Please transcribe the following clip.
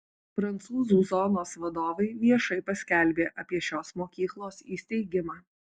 prancūzų zonos vadovai viešai paskelbė apie šios mokyklos įsteigimą